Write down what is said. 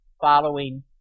following